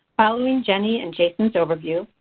i mean jenny and jason's overview,